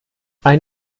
ein